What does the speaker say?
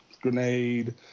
Grenade